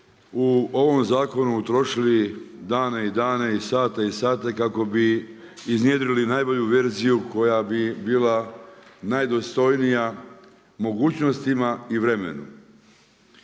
u ovom zakonu utrošili dane i dane, sate i sate kako bi iznjedrili najbolju verziju koja bi bila najdostojnija mogućnostima i vremenu.